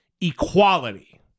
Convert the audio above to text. equality